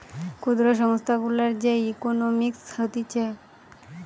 ক্ষুদ্র সংস্থা গুলার যে ইকোনোমিক্স হতিছে